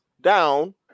down